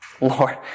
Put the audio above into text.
Lord